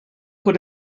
put